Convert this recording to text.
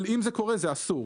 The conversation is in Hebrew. אבל אם זה קורה זה אסור.